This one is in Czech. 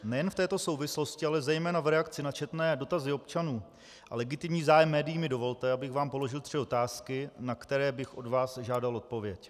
Nejenom v této souvislosti, ale zejména v reakci na četné dotazy občanů a legitimní zájem médií mi dovolte, abych vám položil tři otázky, na které bych od vás žádal odpověď.